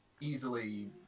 easily